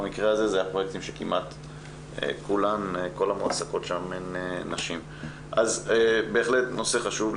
במקרה הזה אלה פרויקטים שכל המועסקות בהם הן נשים וזה בהחלט נושא חשוב.